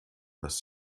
dass